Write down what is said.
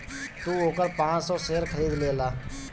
तू ओकर पाँच सौ शेयर खरीद लेला